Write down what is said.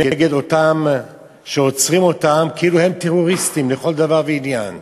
נגד אלה שהם עוצרים כאילו הם טרוריסטים לכל דבר ועניין.